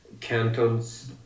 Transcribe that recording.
cantons